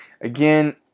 again